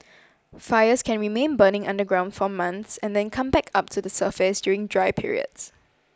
fires can remain burning underground for months and then come back up to the surface during dry periods